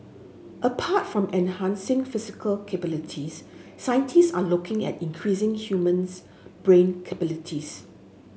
apart from enhancing physical capabilities scientist are looking at increasing human's brain capabilities